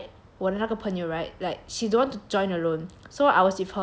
我的那个朋友 right like she don't want to join alone so I was with her when